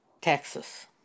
Texas